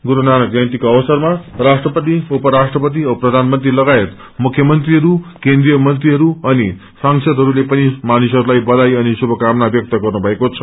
गुरू नानक जयनतीको अवसरमा राष्ट्रपति उपराष्ट्रपति औ प्राानमंत्री लगायत मुख्य मंत्रीहरू केन्द्रिय मंत्रीहरू अनि सांसदहरूले पनि मानिसहरूलाई बधाई अनि श्रुभकामना व्यक्त गर्नुभएको छ